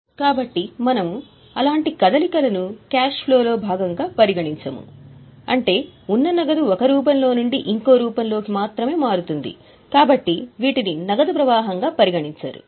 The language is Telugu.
కాబట్టి మనము అలాంటి కదలికలను క్యాష్ ఫ్లో లో భాగంగా పరిగణించము అంటే ఉన్న నగదు ఒక రూపం లో నుండి ఇంకో రూపంలోకి మాత్రమే మారుతుంది కాబట్టి వీటిని నగదు ప్రవాహంగా పరిగణించరు